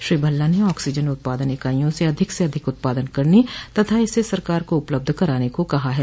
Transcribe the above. श्री भल्ला ने ऑक्सीजन उत्पादन इकाइयों से अधिक से अधिक उत्पादन करने तथा इसे सरकार को उपलब्धा कराने को कहा है